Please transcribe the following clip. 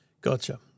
Gotcha